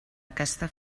aquesta